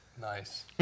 Nice